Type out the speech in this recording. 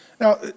Now